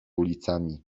ulicami